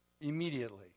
Immediately